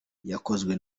yakozwe